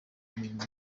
imirimo